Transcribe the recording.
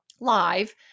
live